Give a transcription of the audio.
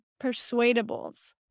persuadables